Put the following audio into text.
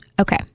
Okay